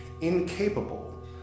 incapable